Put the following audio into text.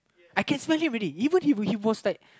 I can smell him ready even he was he wasn't like